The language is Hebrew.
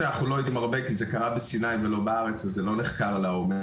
אנחנו לא יודעים הרבה כי זה קרה בסיני ולא בארץ אז זה לא נחקר לעומק.